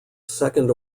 second